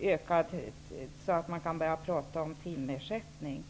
gör att man kan börja prata om timersättning.